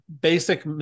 basic